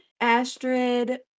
Astrid